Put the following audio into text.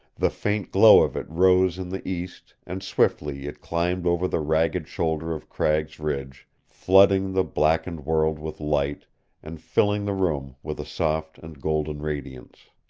the faint glow of it rose in the east and swiftly it climbed over the ragged shoulder of cragg's ridge, flooding the blackened world with light and filling the room with a soft and golden radiance.